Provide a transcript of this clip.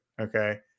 Okay